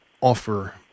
offer